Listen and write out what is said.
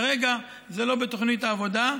כרגע זה לא בתוכנית העבודה.